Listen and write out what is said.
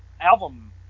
album